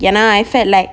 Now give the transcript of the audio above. ya now I felt like